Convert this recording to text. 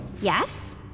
Yes